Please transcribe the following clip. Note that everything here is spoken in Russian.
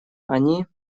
они